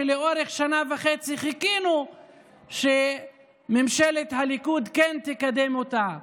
שלאורך שנה וחצי חיכינו שממשלת הליכוד תקדם אותה.